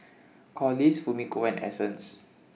Corliss Fumiko and Essence